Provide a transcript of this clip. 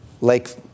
lake